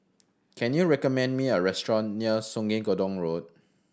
can you recommend me a restaurant near Sungei Gedong Road